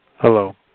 Hello